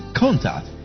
contact